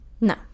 No